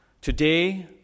Today